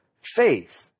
faith